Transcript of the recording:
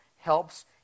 helps